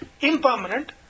impermanent